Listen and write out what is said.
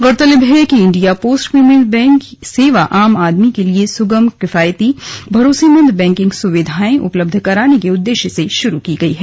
गौरतलब है कि इंडिया पोस्ट पेमेन्ट्स बैंक सेवा आम आदमी के लिए सुगम किफायती और भरोसेमंद बैंकिंग सुविधाएं उपलब्ध कराने के उद्देश्य से शुरू की गई है